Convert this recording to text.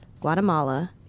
Guatemala